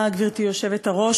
גברתי היושבת-ראש,